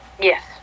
Yes